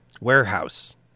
warehouse